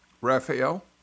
Raphael